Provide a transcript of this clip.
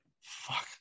Fuck